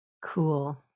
cool